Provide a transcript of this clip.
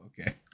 Okay